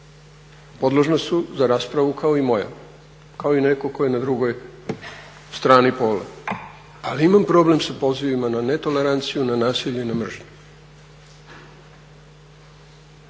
podložna su za raspravu kao i moja, kao i netko tko je na drugoj strani pole. Ali imam problem sa pozivima na netoleranciju, na nasilje i na mržnju.